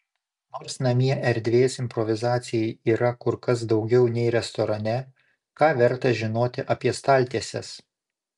nors namie erdvės improvizacijai yra kur kas daugiau nei restorane ką verta žinoti apie staltieses